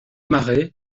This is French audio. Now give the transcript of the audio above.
marais